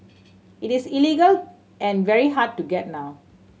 it is illegal and very hard to get now